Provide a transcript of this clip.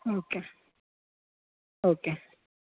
okay okay